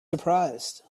surprised